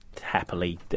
happily